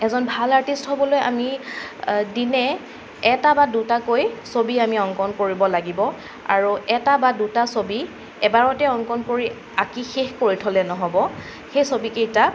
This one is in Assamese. এজন ভাল আৰ্টিষ্ট হ'বলৈ আমি দিনে এটা বা দুটাকৈ ছবি আমি অংকন কৰিব লাগিব আৰু এটা বা দুটা ছবি এবাৰতে অংকন কৰি আঁকি শেষ কৰি থ'লে নহ'ব সেই ছবিকেইটা